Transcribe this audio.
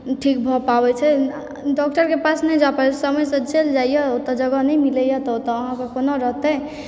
ठीक भऽ पाबै छै डॉक्टरके पास नहि जा पाबै समयसँ चलि जाइ यऽ ओतऽ जगह नहि मिलै यऽ ओतऽ अहाँके कोना रहतै